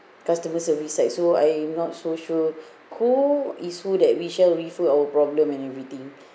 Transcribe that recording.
customer service side so I not so sure who is who that we shall refer our problem and everything